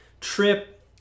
trip